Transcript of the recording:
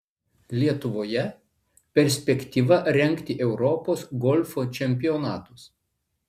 lietuvoje perspektyva rengti europos golfo čempionatus